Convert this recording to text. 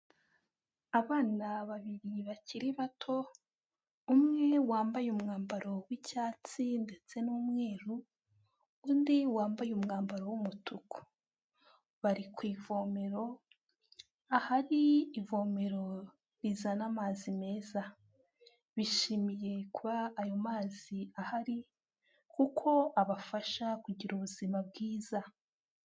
Abana babiri bakiri bato, umwe wambaye umwambaro w'icyatsi ndetse n'umweru, undi wambaye umwambaro w'umutuku. Bari ku ivomero, ahari ivomero rizana amazi meza. Bishimiye kuba ayo mazi ahari kuko abafasha kugira ubuzima bwiza.